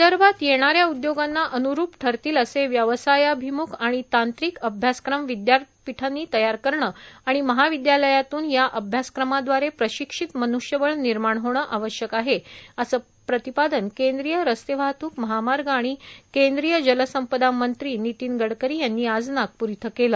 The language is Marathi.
विदर्भात येणाऱ्या उद्योगांना अनुरुप ठरतील असे व्यवसायाभिम्ख आणि तांत्रिक अभ्यासक्रम विद्यापीठांनी तयार करण आणि महाविद्यालयातून या अभ्यासक्रमाव्दारे प्रशिक्षित मन्ष्यबळ निर्माण होणे आवश्यक आहे असं प्रतिपादन केंद्रीय रस्ते वाहतूक महामार्ग आणि केंद्रीय जलसंपदा मंत्री नितीन गडकरी यांनी आज नागप्र इथं केलं